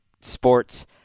sports